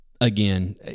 Again